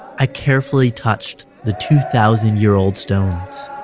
i carefully touched the two-thousand-year-old stones.